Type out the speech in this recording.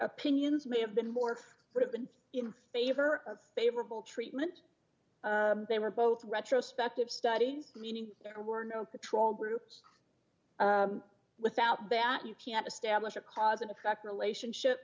opinions may have been more or have been in favor of favorable treatment they were both retrospective studies meaning there were no patrol groups without bat you can't establish a cause and effect relationship